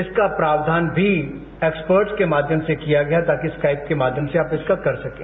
इसका प्रावधान भी एक्सपर्ट्स के माध्यम से किया गया ताकि स्काइप के माध्यम से आप इसका कर सकें